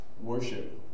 worship